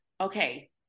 okay